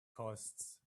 costs